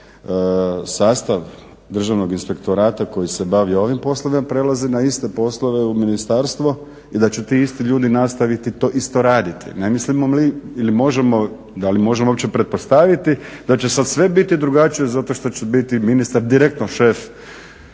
sastav Državnog inspektorata koji se bavi ovim poslovima prelazi na iste poslove u ministarstvo i da će ti isti ljudi nastaviti to isto raditi. Ne mislimo li ili da li možemo uopće pretpostaviti da će sad sve biti drugačije zato što će biti ministar direktno šef,